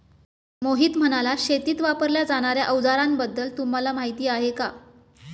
मोहित म्हणाला, शेतीत वापरल्या जाणार्या अवजारांबद्दल तुम्हाला माहिती आहे का?